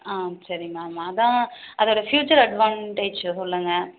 ஆ சரி மேம் அதுதான் அதோடய ஃபியூச்சர் அட்வாண்டேஜ் சொல்லுங்க